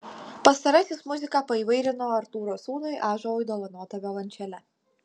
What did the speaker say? pastarasis muziką paįvairino artūro sūnui ąžuolui dovanota violončele